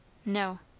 no.